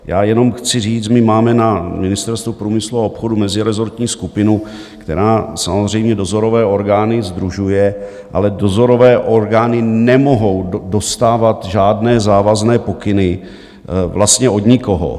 Já jenom chci říct, my máme na Ministerstvu průmyslu a obchodu mezirezortní skupinu, která samozřejmě dozorové orgány sdružuje, ale dozorové orgány nemohou dostávat žádné závazné pokyny vlastně od nikoho.